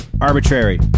arbitrary